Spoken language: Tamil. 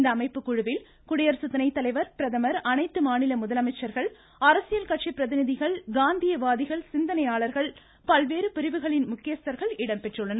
இந்த அமைப்புக்குழுவில் குடியரசு துணைத்தலைவர் பிரதமர் அனைத்து மாநில முதலமைச்சர்கள் அரசியல் கட்சி பிரதிநிதிகள் காந்தியவாதிகள் சிந்தனையாளர்கள் பல்வேறு பிரிவுகளின் முக்கியஸ்தர்கள் இடம்பெற்றுள்ளனர்